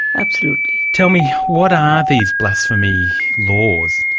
absolutely. tell me, what are these blasphemy laws?